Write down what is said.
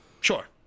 Sure